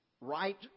right